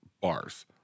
bars